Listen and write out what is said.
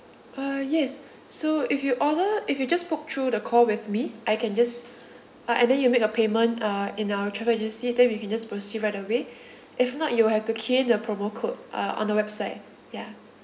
uh yes so if you order if you just book through the call with me I can just uh and then you make a payment uh in our travel agency then we can just proceed right away if not you will have to key in the promo code uh on the website ya